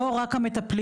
לא רק המטפלים,